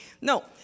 No